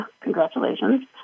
Congratulations